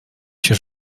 się